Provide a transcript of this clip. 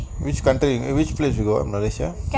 which country which place you go ah malaysia